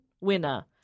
winner